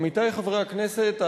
עמיתי חברי הכנסת,